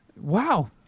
Wow